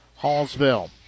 Hallsville